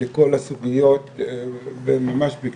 ממש בקצרה.